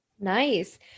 Nice